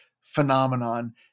phenomenon